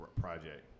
project